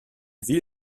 ville